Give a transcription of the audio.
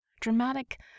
Dramatic